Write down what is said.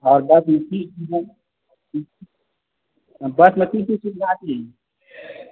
आओर बसमे की सुविधा बसमे की की सुविधा छी